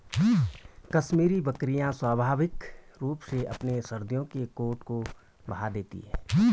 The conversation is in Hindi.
कश्मीरी बकरियां स्वाभाविक रूप से अपने सर्दियों के कोट को बहा देती है